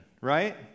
right